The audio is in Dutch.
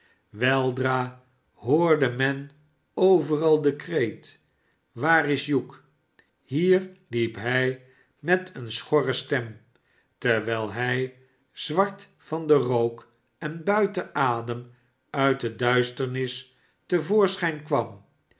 weldra hoorde men overal den kreet waar is hugh hier rierj hij met eene schorre stem terwijl hij zwartvanden rook en buiten adem uit de duisternis te voorschijn kwam